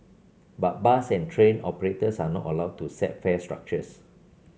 but bus and train operators are not allowed to set fare structures